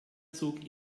zog